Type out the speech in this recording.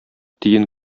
тиен